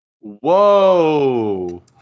Whoa